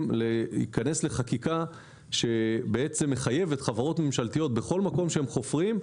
להיכנס לחקיקה שמחייבת חברות ממשלתיות בכל מקום שהן חופרות,